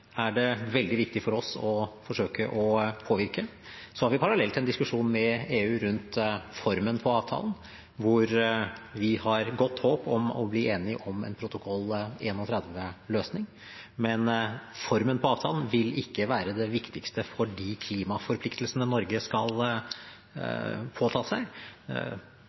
er det veldig viktig for oss å forsøke å påvirke. Så har vi parallelt en diskusjon med EU rundt formen på avtalen, hvor vi har godt håp om å bli enige om en protokoll 31-løsning. Men formen på avtalen vil ikke være det viktigste for de klimaforpliktelsene som Norge skal påta seg.